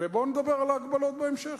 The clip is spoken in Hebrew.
ובואו נדבר על ההגבלות בהמשך,